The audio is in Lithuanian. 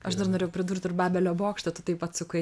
aš dar norėjau pridurt ir babelio bokštą tu taip atsukai